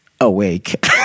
awake